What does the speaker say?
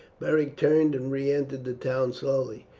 beric turned and re-entered the town slowly.